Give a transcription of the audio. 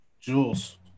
Jules